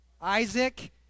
Isaac